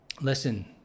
listen